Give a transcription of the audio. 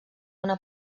una